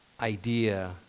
idea